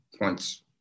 points